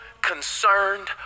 concerned